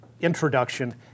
introduction